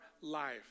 life